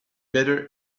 better